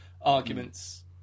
arguments